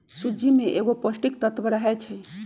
सूज्ज़ी में कएगो पौष्टिक तत्त्व रहै छइ